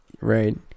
right